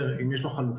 לחלופה, אם יש לו חלופה,